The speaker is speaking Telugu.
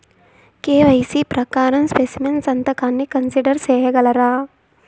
కె.వై.సి ప్రకారం స్పెసిమెన్ సంతకాన్ని కన్సిడర్ సేయగలరా?